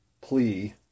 plea